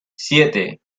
siete